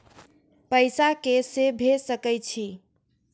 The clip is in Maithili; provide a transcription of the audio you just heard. पैसा के से भेज सके छी?